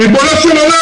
ריבונו של עולם,